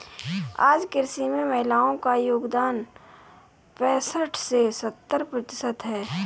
आज कृषि में महिलाओ का योगदान पैसठ से सत्तर प्रतिशत है